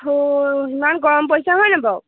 ইমান গৰম পৰিছ হয়নে বাৰু